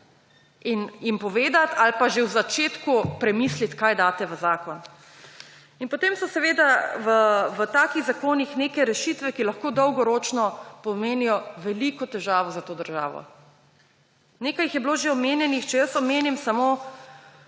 in jim povedat ali pa že v začetku premislit, kaj date v zakon. In potem so seveda v takih zakonih neke rešitve, ki lahko dolgoročno pomenijo veliko težavo za to državo. Nekaj jih je bilo že omenjenih. Če jaz omenim samo